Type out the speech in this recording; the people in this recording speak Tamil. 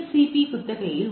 பி குத்தகையில் உள்ளன